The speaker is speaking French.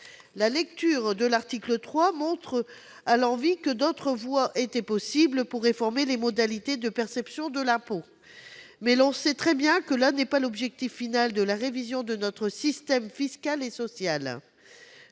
La lecture de l'article 3 montre à l'envi que d'autres voies étaient possibles pour réformer les modalités de perception de l'impôt. Mais on sait très bien que là n'est pas l'objet final de la révision de notre système fiscal et social.